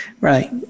Right